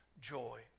joy